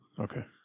Okay